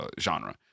genre